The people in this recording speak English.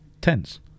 tense